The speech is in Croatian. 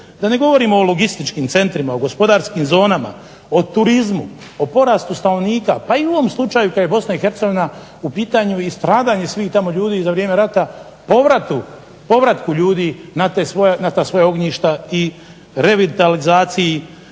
Da ne govorim o logističkim centrima, o gospodarskim zonama, o turizmu, o porastu stanovnika, pa i u ovom slučaju kad je Bosna i Hercegovina u pitanju i stradanje svih tamo ljudi za vrijeme rata, povratku ljudi na ta svoja ognjišta i revitalizaciji